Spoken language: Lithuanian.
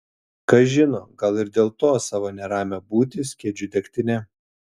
kas žino gal ir dėl to savo neramią būtį skiedžiu degtine